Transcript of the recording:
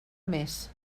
més